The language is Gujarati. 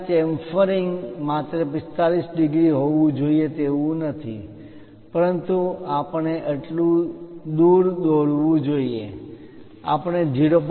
અને આ ચેમ્ફરીંગ ઢાળવાળી કોર chamfering માત્ર 45 ડિગ્રી જ હોવું જોઈએ તેવું નથી પરંતુ આપણે આટલું દૂર દોરવું જોઈએ આપણે 0